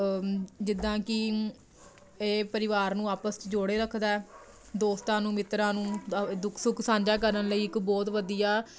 ਜਿੱਦਾਂ ਕਿ ਇਹ ਪਰਿਵਾਰ ਨੂੰ ਆਪਸ 'ਚ ਜੋੜੇ ਰੱਖਦਾ ਦੋਸਤਾਂ ਨੂੰ ਮਿੱਤਰਾਂ ਨੂੰ ਦ ਦੁੱਖ ਸੁੱਖ ਸਾਂਝਾ ਕਰਨ ਲਈ ਇੱਕ ਬਹੁਤ ਵਧੀਆ